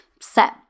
set